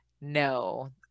no